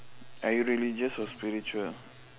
are you religious or spiritual